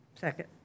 Second